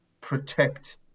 protect